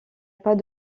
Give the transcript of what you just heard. pas